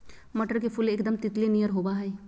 मटर के फुल एकदम तितली नियर होबा हइ